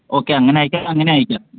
okay അങ്ങനെ അയക്കാമെങ്കിൽ അങ്ങനെ അയക്കാം